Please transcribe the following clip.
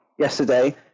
yesterday